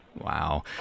Wow